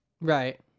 right